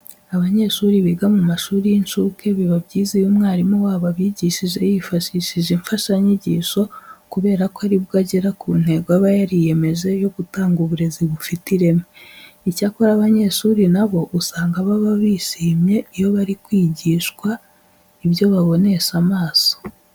Abanyeshuri biga mu mashuri y'incuke, biba byiza iyo umwarimu wabo abigishije yifashishije imfashanyigisho kubera ko ari bwo agera ku ntego aba yariyemeje yo gutanga uburezi bufite ireme. Icyakora abanyeshuri na bo usanga baba bishimye iyo bari kwigiswa ibyo babonesha amaso.